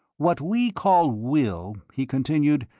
what we call will, he continued,